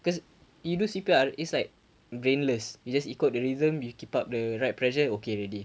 cause you do C_P_R is like brainless you just equal the rhythm you keep up the right pressure okay already